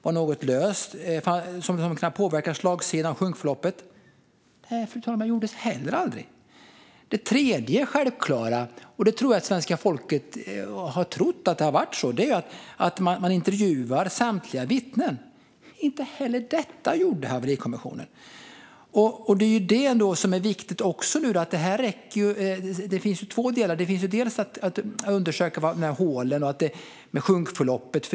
Var något löst som hade kunnat påverka slagsidan och sjunkförloppet? Detta, fru talman, gjordes heller aldrig. Det tredje självklara - och jag tror att svenska folket har trott att så har skett - är att man intervjuar samtliga vittnen. Inte heller detta gjorde Haverikommissionen. Det är detta som är viktigt nu. Det finns två delar. Dels handlar det om att undersöka hålen och sjunkförloppet.